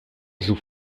joue